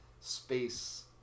space